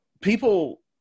people